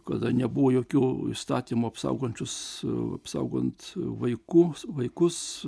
kada nebuvo jokių įstatymų apsaugančius apsaugant vaikus vaikus